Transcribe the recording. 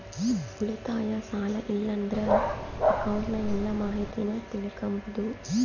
ಉಳಿತಾಯ, ಸಾಲ ಇಲ್ಲಂದ್ರ ಅಕೌಂಟ್ನ ಎಲ್ಲ ಮಾಹಿತೀನ ತಿಳಿಕಂಬಾದು